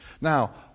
Now